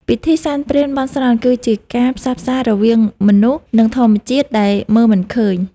ពិធីសែនព្រេនបន់ស្រន់ គឺជាការផ្សះផ្សារវាងមនុស្ស និងធម្មជាតិដែលមើលមិនឃើញ។